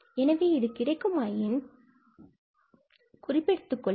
எனவே இது கிடைக்குமாயின் குறிப்பெடுத்துக் கொள்ளுங்கள்